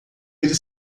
ele